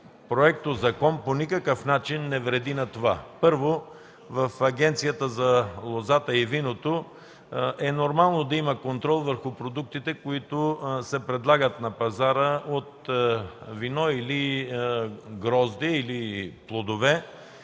законопроект по никакъв начин не вреди на това. Първо, в Агенцията за лозата и виното е нормално да има контрол върху продуктите, които се предлагат на пазара от вино, грозде или плодове.